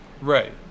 Right